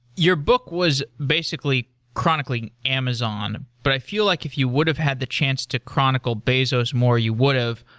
your book was basically chronically amazon, but i feel like if you would have had the chance to chronicle bazos more, you would have.